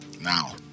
now